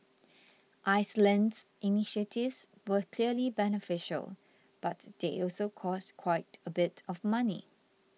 Iceland's initiatives were clearly beneficial but they also cost quite a bit of money